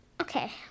okay